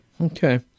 Okay